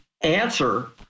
answer